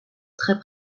très